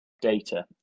data